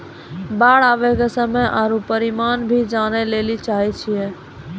बाढ़ आवे के समय आरु परिमाण भी जाने लेली चाहेय छैय?